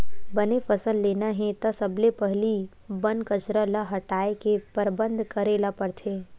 बने फसल लेना हे त सबले पहिली बन कचरा ल हटाए के परबंध करे ल परथे